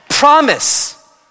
Promise